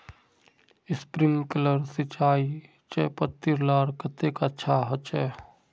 Sprinkler सिंचाई चयपत्ति लार केते अच्छा होचए?